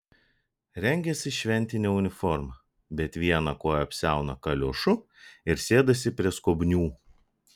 rengiasi šventine uniforma bet vieną koją apsiauna kaliošu ir sėdasi prie skobnių